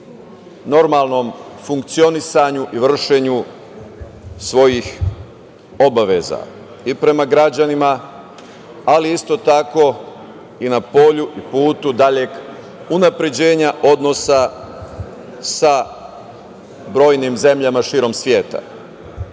normalnom funkcionisanju i vršenju svojih obaveza i prema građanima, ali isto tako i na polju i putu daljeg unapređenja odnosa sa brojnim zemljama širom sveta.S